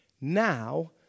Now